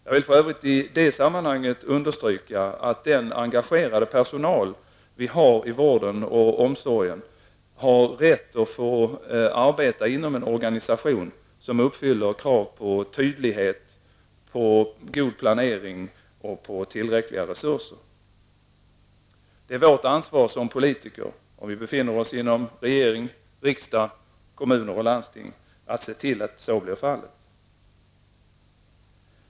Jag vill för övrigt i sammanhanget understryka att den engagerade personal vi har i vården och omsorgen har rätt att få arbeta inom en organisation som uppfyller krav på tydlighet, har god planering och tillräckliga resurser. Det är vårt ansvar som politiker om vi befinner oss inom regering, riksdag, kommuner och landsting att se till att så blir fallet.